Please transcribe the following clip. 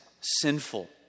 sinful